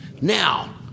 Now